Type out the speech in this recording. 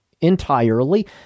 entirely